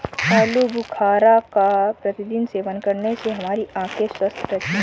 आलू बुखारा का प्रतिदिन सेवन करने से हमारी आंखें स्वस्थ रहती है